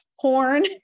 porn